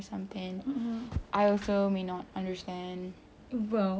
well we're talking about bullies remember just now we're talking about